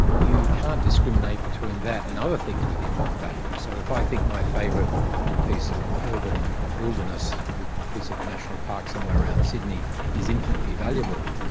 you can't discriminate between that and other things with infinite values. so if i think my favourite little piece of urban wilderness, little piece of national park somewhere around sydney is infinitely valuable,